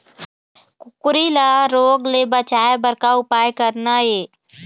कुकरी ला रोग ले बचाए बर का उपाय करना ये?